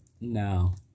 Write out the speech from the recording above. No